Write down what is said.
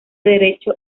derecho